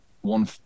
one